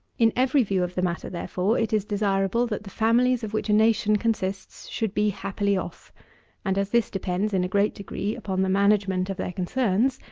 in every view of the matter, therefore, it is desirable that the families of which a nation consists should be happily off and as this depends, in a great degree, upon the management of their concerns,